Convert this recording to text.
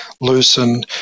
loosen